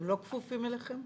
הם לא כפופים אליכם?